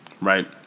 Right